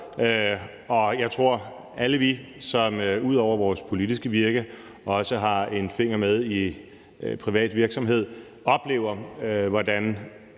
Jeg tror, alle vi, som ud over vores politiske virke også har en finger med i privat virksomhed, oplever, hvordan